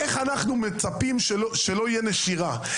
איך אנחנו מצפים שלא תהיה נשירה?